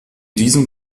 diesem